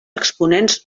exponents